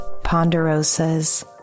ponderosas